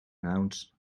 nouns